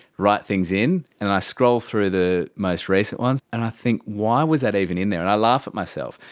write things in, and i scroll through the most recent ones and i think why was that even in there, and i laugh at myself.